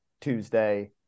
Tuesday